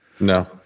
No